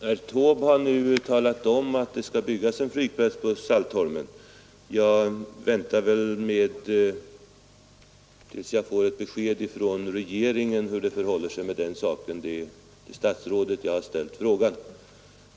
Herr talman! Herr Taube har nu talat om att det skall byggas en flygplats på Saltholm. Jag väntar väl tills jag får ett besked från regeringen hur det förhåller sig med den saken. Det är till statsrådet jag har ällt frågan.